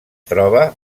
troba